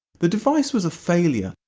the device was a failure,